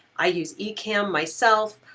i use ecamm myself,